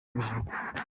umwijima